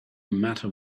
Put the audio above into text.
matter